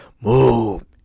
Move